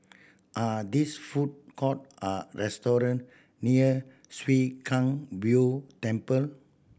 are these food court or restaurant near Chwee Kang Beo Temple